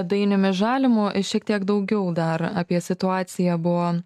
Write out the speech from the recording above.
dainiumi žalimu ir šiek tiek daugiau dar apie situaciją buvo